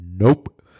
Nope